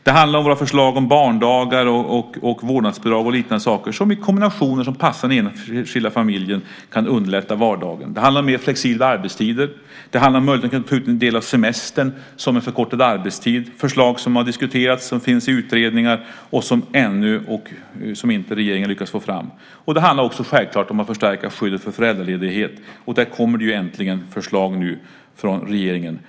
Det handlar om våra förslag om barndagar, vårdnadsbidrag och liknande som i kombinationer kan passa den enskilda familjen och underlätta vardagen. Det handlar om mer flexibla arbetstider. Det handlar om möjligheten att ta ut en del av semestern i form av förkortad arbetstid. Det är förslag som har diskuterats och som finns i utredningar men som regeringen ännu inte har lyckats få fram. Det handlar självklart också om att förstärka skyddet för föräldralediga. Och där kommer det nu äntligen förslag från regeringen.